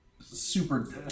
super